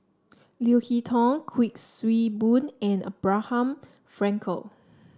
Leo Hee Tong Kuik Swee Boon and Abraham Frankel